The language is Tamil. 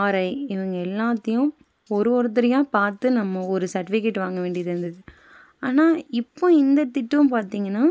ஆர்ஐ இவங்க எல்லாத்தையும் ஒரு ஒருத்தரையா பார்த்து நம்ம ஒரு சர்ட்டிஃபிகேட் வாங்க வேண்டியது இருந்தது ஆனால் இப்போ இந்த திட்டம் பார்த்தீங்கன்னா